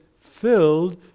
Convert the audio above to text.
filled